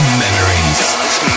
memories